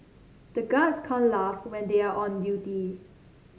the guards can't laugh when they are on duty